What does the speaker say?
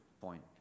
point